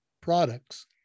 products